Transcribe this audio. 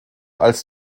als